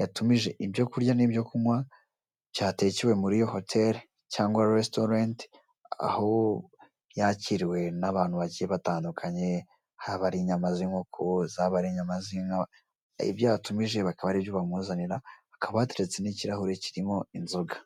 yatumije ibyo kurya n'ibyo kunywa byatekewe muri hoteli cyangwa resitorenti aho yakiriwe n'abantu bagiye batandukanye haba ari inyama z'inkoko zaba n'inyama z'inka ibyo yatumije bakaba ari byo bamuzanira hakaba hateretse n'ikrahure kirimo inzoga.